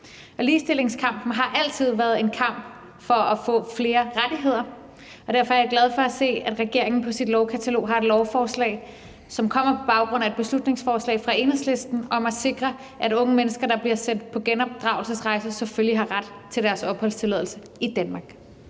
Ligestillingskampen har altid været en kamp for at få flere rettigheder, og derfor er jeg glad for at se, at regeringen i sit lovkatalog har et lovforslag, som kommer på baggrund af et beslutningsforslag fra Enhedslisten, om at sikre, at unge mennesker, der bliver sendt på genopdragelsesrejse, selvfølgelig har ret til deres opholdstilladelse i Danmark.